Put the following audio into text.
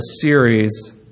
series